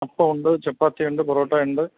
അപ്പം ഉണ്ട് ചപ്പാത്തി ഉണ്ട് പൊറാട്ടയുണ്ട്